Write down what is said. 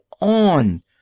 on